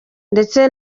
ndetse